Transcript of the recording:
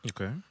Okay